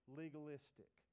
legalistic